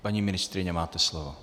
Paní ministryně, máte slovo.